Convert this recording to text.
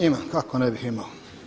Imam, kako ne bih imao.